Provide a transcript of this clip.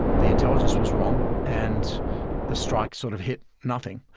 the intelligence was wrong, and the strike sort of hit nothing.